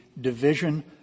division